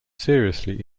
seriously